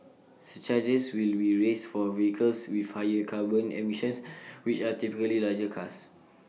surcharges will be raised for vehicles with higher carbon emissions which are typically larger cars